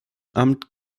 amt